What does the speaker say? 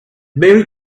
mary